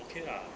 okay lah